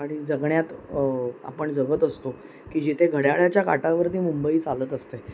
आणि जगण्यात आपण जगत असतो की जिथे घड्याळाच्या काटावरती मुंबई चालत असते